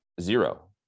zero